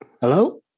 Hello